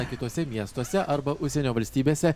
kituose miestuose arba užsienio valstybėse